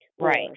Right